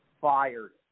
fired